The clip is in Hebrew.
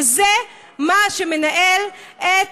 שזה מה שמנהל את